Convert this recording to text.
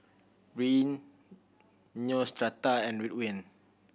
Rene Neostrata and Ridwind